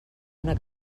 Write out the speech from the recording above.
una